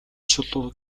чулуу